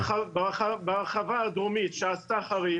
ההרחבה הדרומית שעשתה חריש